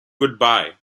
goodbye